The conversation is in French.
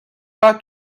pas